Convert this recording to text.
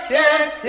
yes